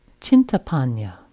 Chintapanya